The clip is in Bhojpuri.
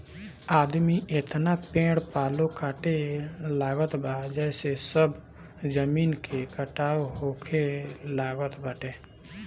आदमी एतना पेड़ पालो काटे लागल बा जेसे सब जमीन के कटाव होखे लागल बाटे